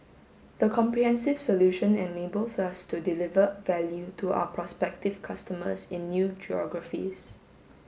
the comprehensive solution enables us to deliver value to our prospective customers in new geographies